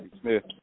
Smith